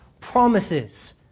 promises